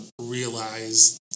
realize